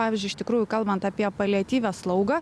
pavyzdžiui iš tikrųjų kalbant apie paliatyvią slaugą